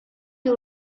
you